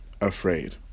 afraid